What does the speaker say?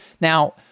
Now –